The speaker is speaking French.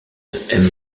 aime